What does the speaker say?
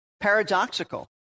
paradoxical